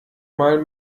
mal